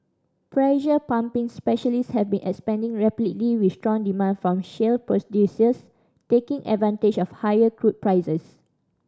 pressure pumping specialists have been expanding rapidly with strong demand from shale producers taking advantage of higher crude prices